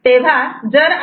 इथे आपण एलईडी जोडले आहेत